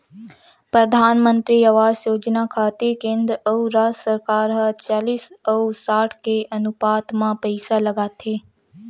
परधानमंतरी आवास योजना खातिर केंद्र अउ राज सरकार ह चालिस अउ साठ के अनुपात म पइसा लगाथे